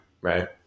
right